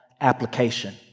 application